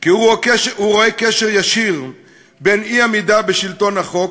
כי הוא רואה "קשר ישיר בין אי-עמידה בשלטון החוק",